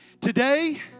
Today